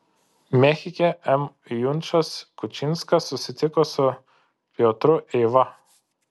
mechike m junčas kučinskas susitiko su piotru eiva